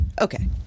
Okay